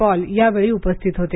Paul यावेळी उपस्थित होते